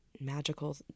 magical